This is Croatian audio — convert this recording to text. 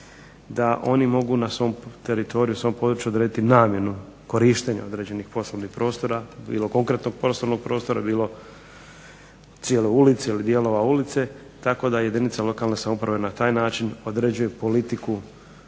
da oni mogu na svom teritoriju, svom području odrediti namjenu, korištenje određenih poslovnih prostora, bilo konkretnog poslovnog prostora, bilo cijele ulice ili dijelova ulice tako da jedinica lokalne samouprave na taj način određuje politiku,